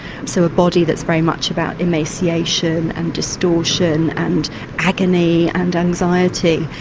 so a body that's very much about emaciation and distortion and agony and anxiety.